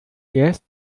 erst